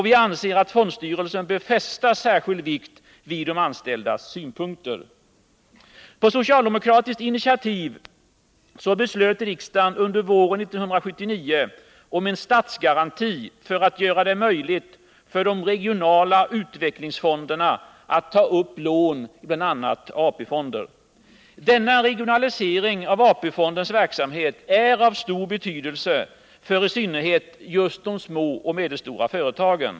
Vi anser att fondstyrelsen bör fästa särskild vikt vid de anställdas synpunkter. På socialdemokratiskt initiativ beslöt riksdagen under våren 1979 om en statsgaranti för att göra det möjligt för de regionala utvecklingsfonderna att ta upplån ibl.a. AP-fonden. Denna regionalisering av AP-fondens verksamhet är av stor betydelse för i synnerhet de små och medelstora företagen.